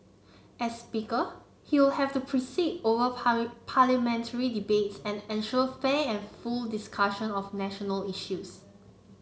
as speaker he will have to preside over Parliamentary debates and ensure fair and full discussion of national issues